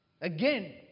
again